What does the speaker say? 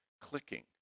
clicking